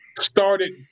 started